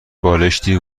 بالشتی